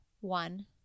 One